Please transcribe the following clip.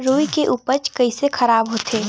रुई के उपज कइसे खराब होथे?